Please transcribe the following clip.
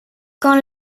quand